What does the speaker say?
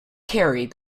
carry